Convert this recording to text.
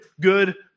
good